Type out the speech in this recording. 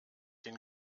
den